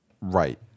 Right